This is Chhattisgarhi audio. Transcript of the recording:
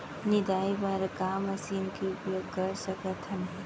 निंदाई बर का मशीन के उपयोग कर सकथन?